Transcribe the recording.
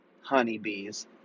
honeybees